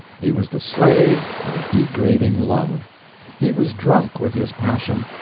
he was the slave of a degrading love he was drunk with his passion,